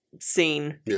scene